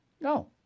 No